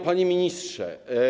Panie Ministrze!